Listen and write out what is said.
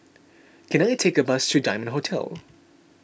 can I take a bus to Diamond Hotel